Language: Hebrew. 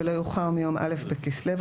ולא יאוחר מיום א' בכסלו,